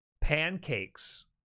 pancakes